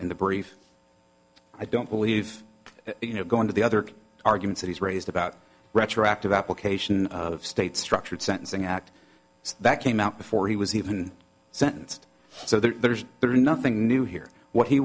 in the brief i don't believe you know go into the other argument that he's raised about retroactive application of state structured sentencing act that came out before he was even sentenced so there's nothing new here what he